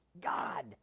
God